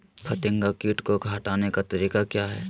फतिंगा किट को हटाने का तरीका क्या है?